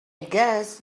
guess